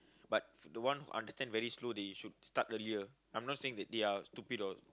but the one understand very slow they should start earlier I'm not saying that they are stupid or